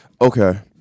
Okay